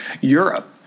Europe